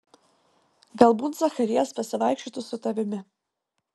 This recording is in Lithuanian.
galbūt zacharijas pasivaikščiotų su tavimi